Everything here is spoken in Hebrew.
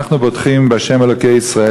אנחנו בוטחים בה' אלוקי ישראל.